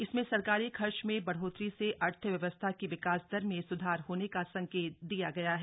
इसमें सरकारी खर्च में बढ़ोतरी से अर्थव्यवस्था की विकास दर में स्धार होने का संकेत दिया गया है